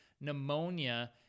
pneumonia